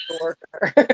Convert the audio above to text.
worker